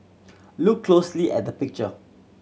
look closely at the picture